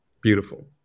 Beautiful